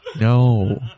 No